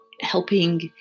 helping